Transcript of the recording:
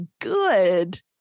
good